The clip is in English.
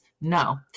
No